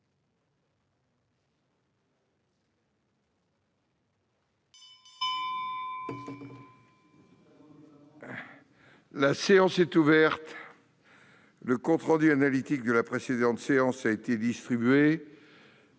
La séance est ouverte. Le compte rendu analytique de la précédente séance a été distribué.